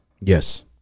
Yes